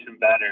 better